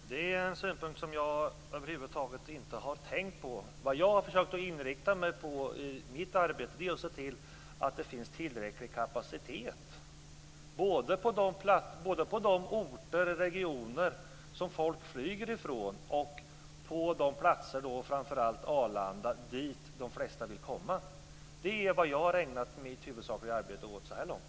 Fru talman! Det är en synpunkt som jag över huvud taget inte har tänkt på. Vad jag har försökt inrikta mig på i mitt arbete är att se till att det finns tillräcklig kapacitet både i de regioner och orter som folk flyger från och på de platser, framför allt Arlanda, dit de flesta vill komma. Det är vad jag har ägnat mitt huvudsakliga arbete åt så här långt.